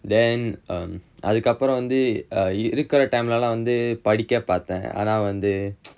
then err அதுக்கு அப்பறம் வந்து இருக்குற:athukku apparam vanthu irukkura time leh எல்லா வந்து படிக்க பாத்தேன் ஆனா வந்து:ellaa padikka paathaen aanaa vanthu